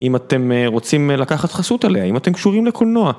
אם אתם רוצים לקחת חסות עליה, אם אתם קשורים לקולנוע.